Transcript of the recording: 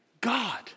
God